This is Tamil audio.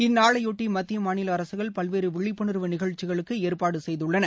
இந்நாளையொட்டி மத்திய மாநில அரசுகள் பல்வேறு விழிப்புணர்வு நிகழ்ச்சிகளுக்கு ஏற்பாடுகள் செய்துள்ளன